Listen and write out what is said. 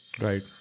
Right